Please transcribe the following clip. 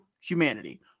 humanity